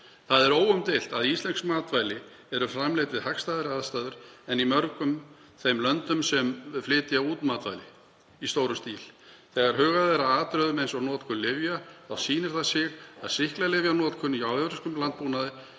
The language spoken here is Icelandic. Það er óumdeilt að íslensk matvæli eru framleidd við hagstæðari aðstæður en í mörgum þeim löndum sem flytja út matvæli í stórum stíl. Þegar hugað er að atriðum eins og notkun lyfja þá sýnir það sig að sýklalyfjanotkun í evrópskum landbúnaði